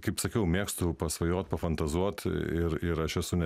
kaip sakiau mėgstu pasvajot pafantazuot ir ir aš esu ne